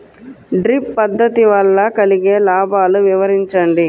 Drip పద్దతి వల్ల కలిగే లాభాలు వివరించండి?